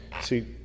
see